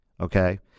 okay